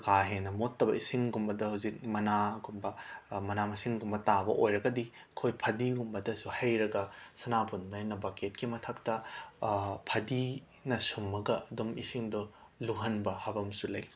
ꯀꯥ ꯍꯦꯟꯅ ꯃꯣꯠꯇꯕ ꯏꯁꯤꯡꯒꯨꯝꯕꯗ ꯍꯧꯖꯤꯛ ꯃꯅꯥꯒꯨꯝꯕ ꯃꯅꯥ ꯃꯁꯤꯡꯒꯨꯝꯕ ꯇꯥꯕ ꯑꯣꯏꯔꯒꯗꯤ ꯑꯩꯈꯣꯏ ꯐꯗꯤꯒꯨꯝꯕꯗꯁꯨ ꯍꯩꯔꯒ ꯁꯅꯥꯕꯨꯟꯗ ꯕꯛꯀꯦꯠꯀꯤ ꯃꯊꯛꯇ ꯐꯗꯤꯅ ꯁꯨꯝꯃꯒ ꯑꯗꯨꯝ ꯏꯁꯤꯡꯗꯣ ꯂꯨꯍꯟꯕ ꯍꯥꯕ ꯑꯃꯁꯨ ꯂꯩ